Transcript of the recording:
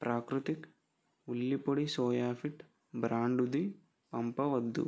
ప్రాకృతిక్ ఉల్లి పొడి soy fit బ్రాండుది పంపవద్దు